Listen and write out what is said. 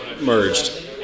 merged